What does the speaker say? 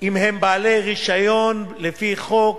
אם כן הם בעלי רשיון לפי חוק